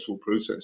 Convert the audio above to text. process